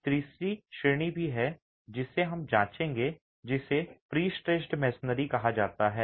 एक तीसरी श्रेणी भी है जिसे हम जांचेंगे जिसे प्रीस्ट्रैस्सड मेसनरी कहा जाता है